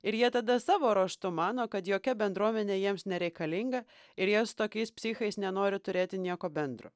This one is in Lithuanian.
ir jie tada savo ruožtu mano kad jokia bendruomenė jiems nereikalinga ir jos tokiais psichais nenori turėti nieko bendro